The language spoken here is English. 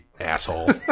asshole